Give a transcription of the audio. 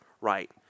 right